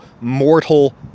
mortal